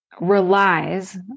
relies